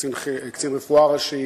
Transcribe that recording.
קצין רפואה ראשי